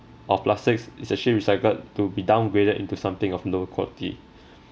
of plastics is actually recycled to be downgraded into something of lower quality